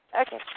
Okay